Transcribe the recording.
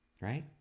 right